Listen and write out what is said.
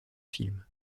film